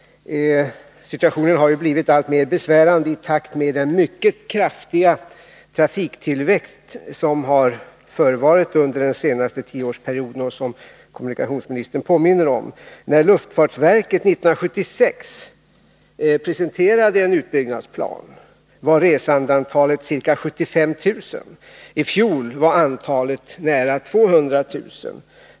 Situationen har blivit alltmer besvärande i takt med den mycket kraftiga trafiktillväxt som har förevarit under den senaste tioårsperioden och som kommunikationsministern påminner om. När luftfartsverket 1976 presenterade en utbyggnadsplan var resandeantalet ca 75 000. I fjol var antalet nära 200 000.